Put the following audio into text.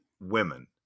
Women